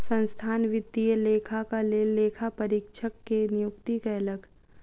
संस्थान वित्तीय लेखाक लेल लेखा परीक्षक के नियुक्ति कयलक